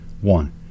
One